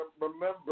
remember